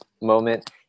moment